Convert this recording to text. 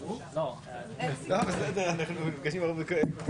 15:03.